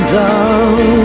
down